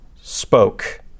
spoke